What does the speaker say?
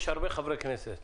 אני יושב-ראש איגוד הנופש הכפרי.